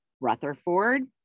Rutherford